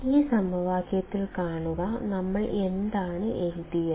ഈ സമവാക്യത്തിൽ കാണുക നമ്മൾ എന്താണ് എഴുതിയത്